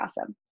awesome